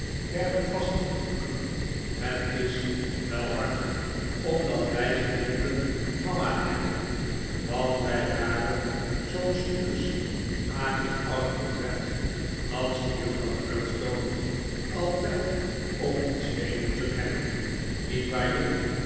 werden vastgeklonken het is wel hard omdat wij geen lieve mama hebben dat wij daarom zoo'n stuursch akelig oud portret als die juffrouw murdstone altijd om ons heen moeten hebben niet waar jip